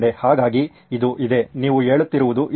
ಹಾಗಾಗಿ ಇದು ಇದೆ ನೀವು ಹೇಳುತ್ತಿರುವುದು ಇದನ್ನೇ